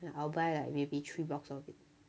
I'll buy like maybe three box of it